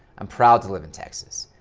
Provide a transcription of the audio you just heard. i'm proud to live in texas.